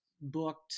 booked